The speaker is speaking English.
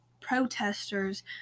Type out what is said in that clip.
protesters